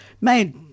made